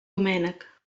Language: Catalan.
doménec